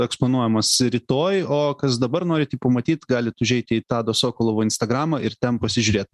eksponuojamas rytoj o kas dabar norit jį pamatyt galit užeiti į tado sokolovo instagramą ir ten pasižiūrėt